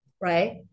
Right